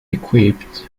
equipped